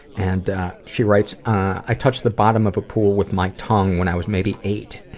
and she writes, i touch the bottom of a pool with my tongue when i was maybe eight,